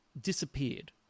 disappeared